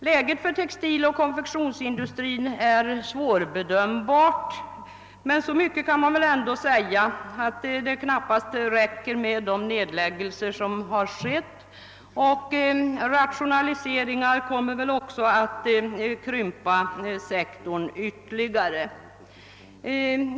Läget för textiloch konfektionsindustrin är svårbedömbart, men så mycket kan man väl säga som att det knappast räcker med de nedläggningar som gjorts, och rationaliseringar kommer förmodligen att krympa sektorn ytterligare.